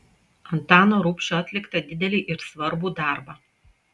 antano rubšio atliktą didelį ir svarbų darbą